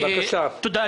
תודה,